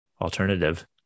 alternative